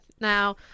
Now